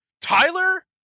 Tyler